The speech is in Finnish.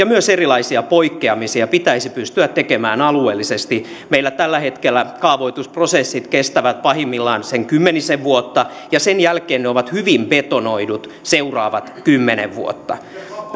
myös erilaisia poikkeamisia pitäisi pystyä tekemään alueellisesti meillä tällä hetkellä kaavoitusprosessit kestävät pahimmillaan sen kymmenisen vuotta ja sen jälkeen ne ovat hyvin betonoidut seuraavat kymmenen vuotta